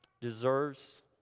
deserves